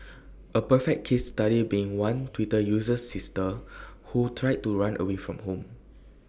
A perfect case study being one Twitter user's sister who tried to run away from home